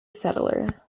settler